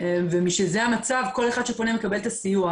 ומשזה המצב כל אחד שפונה מקבל סיוע.